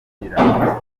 kugira